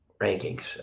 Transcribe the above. rankings